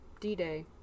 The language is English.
D-Day